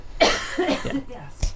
Yes